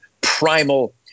primal